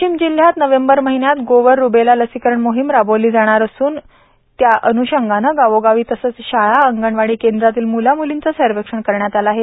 वाशिम जिल्ह्यात नोव्हेंबर महिन्यात गोवर रुबेला लसीकरण मोहिम राबविली जाणार असून त्या अन्षंगान गावोगावी तसेच शाळा अंगणवाडी केंद्रांतील म्ला म्लींच सर्वेक्षण करण्यात आल आहे